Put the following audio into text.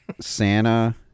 Santa